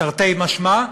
תרתי משמע,